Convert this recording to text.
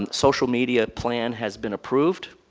um social media plan has been approved,